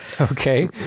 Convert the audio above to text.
Okay